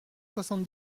soixante